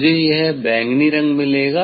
मुझे यह बैंगनी मिलेगा